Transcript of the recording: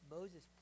Moses